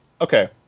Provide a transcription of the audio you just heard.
Okay